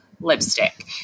lipstick